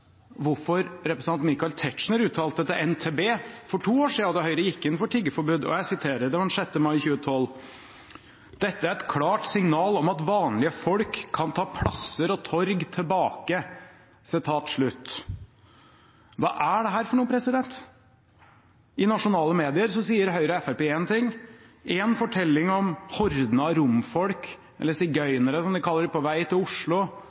hvorfor representanten Michael Tetzschner uttalte til NTB for to år siden, da Høyre gikk inn for tiggeforbud, den 6. mai 2012: «Dette er et klart signal om at vanlige folk kan ta plasser og torg tilbake». Hva er dette for noe? I nasjonale medier sier Høyre og Fremskrittspartiet en ting: en fortelling om horden av romfolk – eller sigøynere, som de kaller det – på vei til Oslo,